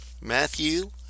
Matthew